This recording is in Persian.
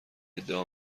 ادعا